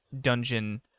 dungeon